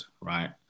right